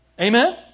Amen